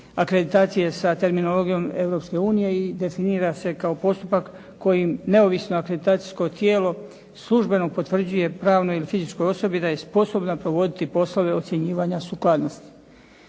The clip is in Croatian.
akreditacije sa terminologijom Europske unije i definira se kao postupak kojim neovisno akreditacijsko tijelo službeno potvrđuje pravnoj ili fizičkoj osobi da je sposobna provoditi poslove ocjenjivanja sukladnosti.